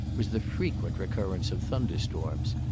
was the frequent recurrence of thunderstorms.